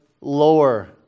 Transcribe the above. lower